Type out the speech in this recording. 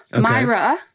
Myra